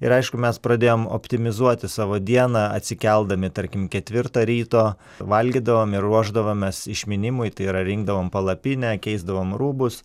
ir aišku mes pradėjom optimizuoti savo dieną atsikeldami tarkim ketvirtą ryto valgydavom ir ruošdavomės išminimui tai yra rinkdavom palapinę keisdavom rūbus